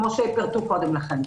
כמו שפירטו קודם לכן.